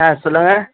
ஆ சொல்லுங்கள்